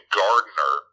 gardener